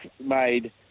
made